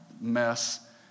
mess